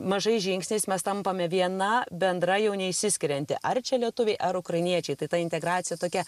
mažais žingsniais mes tampame viena bendra jau neišsiskirianti ar čia lietuviai ar ukrainiečiai tai ta integracija tokia